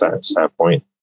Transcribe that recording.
standpoint